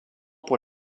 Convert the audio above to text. pour